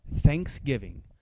Thanksgiving